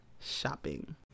shopping